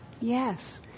yes